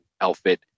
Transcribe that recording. outfit